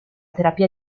terapia